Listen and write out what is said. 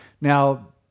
Now